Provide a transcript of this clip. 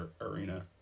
arena